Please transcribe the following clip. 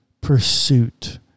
pursuit